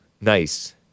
Nice